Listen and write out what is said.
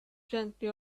gently